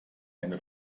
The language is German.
eine